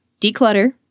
declutter